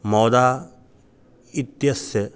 मौदा इत्यस्य